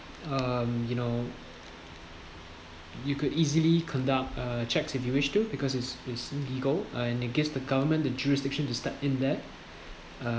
um you know you could easily conduct uh checks if you wish to because it's it's legal and it gives the government the jurisdiction to step in there